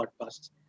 podcasts